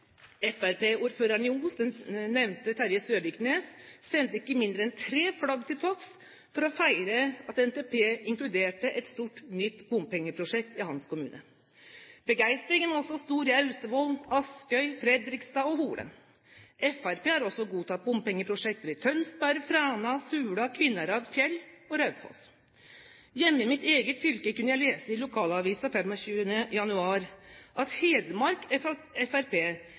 i Os, den nevnte Terje Søviknes, sendte ikke mindre enn tre flagg til topps for å feire at NTP inkluderte et stort nytt bompengeprosjekt i hans kommune. Begeistringen var også stor i Austevoll, Askøy, Fredrikstad og Hole. Fremskrittspartiet har også godtatt bompengeprosjekter i Tønsberg, Fræna, Sula, Kvinnherad, Fjell og Raufoss. Hjemme i mitt eget fylke kunne jeg lese i lokalavisen 25. januar at Hedmark Fremskrittsparti vil presse regjeringen og samferdselsministeren for